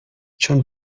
چون